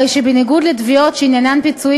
הרי בניגוד לתביעות שעניינן פיצויים